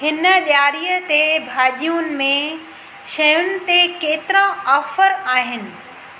हिन ॾियारीअ ते भाॼियुनि में शयुनि ते केतिरा ऑफर आहिनि